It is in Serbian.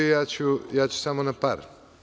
Ja ću samo na par.